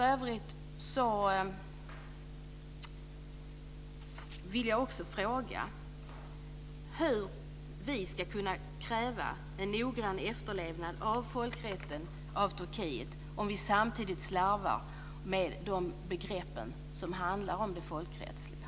Jag vill också fråga hur vi ska kunna kräva en noggrann efterlevnad av folkrätten från Turkiets sida om vi samtidigt slarvar med de begrepp som handlar om det folkrättsliga.